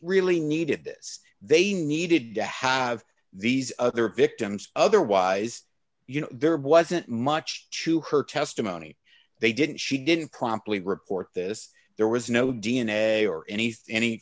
really needed this they needed to have these other victims otherwise you know there wasn't much to her testimony they didn't she didn't promptly report this there was no d n a or any